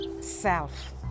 self